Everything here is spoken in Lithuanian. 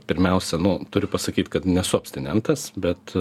pirmiausia nu turiu pasakyt kad nesu abstinentas bet